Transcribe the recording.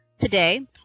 Today